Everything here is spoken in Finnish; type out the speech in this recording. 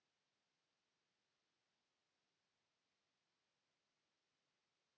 Kiitos.